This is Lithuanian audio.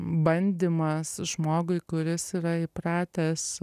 bandymas žmogui kuris yra įpratęs